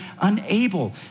unable